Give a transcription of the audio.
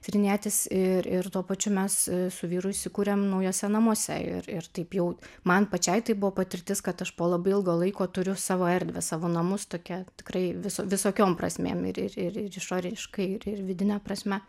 tyrinėtis ir ir tuo pačiu mes su vyru įsikūrėm naujuose namuose ir ir taip jau man pačiai tai buvo patirtis kad aš po labai ilgo laiko turiu savo erdvę savo namus tokia tikrai viso visokiom prasmėm ir ir ir ir išoriškai ir ir vidine prasme